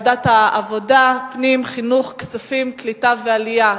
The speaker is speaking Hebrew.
העבודה, פנים, חינוך, כספים, קליטה ועלייה.